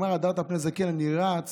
"הדרת פני זקן" אני רץ